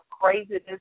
craziness